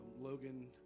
Logan